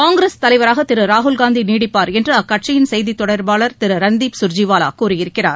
காங்கிரஸ் தலைவராக திரு ராகுல்காந்தி நீடிப்பார் என்று அக்கட்சியின் செய்தித் தொடர்பாளர் திரு ரன்தீப் சுர்ஜேவாவா கூறியிருக்கிறார்